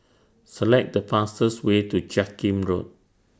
Select The fastest Way to Jiak Kim Road